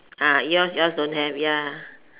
ah yours yours don't have ya